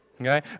okay